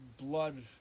blood